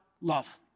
love